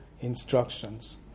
instructions